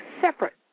separate